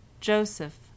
JOSEPH